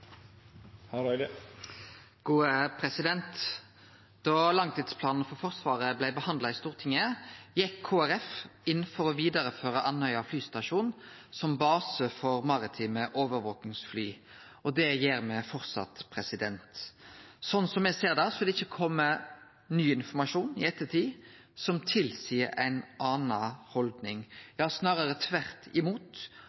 langtidsplanen for Forsvaret blei behandla i Stortinget, gjekk Kristeleg Folkeparti inn for å vidareføre Andøya flystasjon som base for maritime overvakingsfly, og det gjer me framleis. Sånn som me ser det, har det ikkje kome ny informasjon i ettertid som tilseier ei anna haldning.